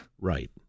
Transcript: Right